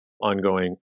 ongoing